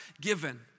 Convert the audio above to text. given